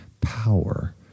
power